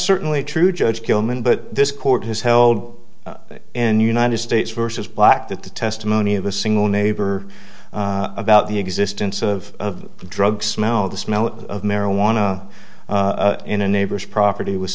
certainly true judge gilman but this court has held in united states versus black that the testimony of a single neighbor about the existence of drugs smell the smell of marijuana in a neighbor's property was